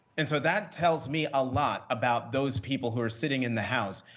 and so that tells me a lot about those people who are sitting in the house.